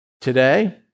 Today